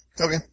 Okay